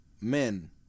men